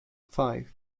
five